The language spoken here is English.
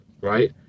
right